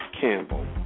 Campbell